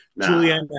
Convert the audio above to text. Julianne